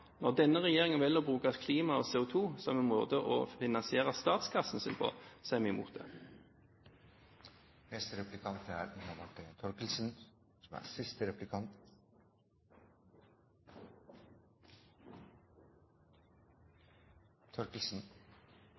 Når denne regjeringen velger å bruke klima og CO2 som en måte å finansiere statskassen sin på, så er vi mot det. På bakgrunn av noen av svarene som ble gitt her, er